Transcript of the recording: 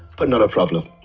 but not a problem.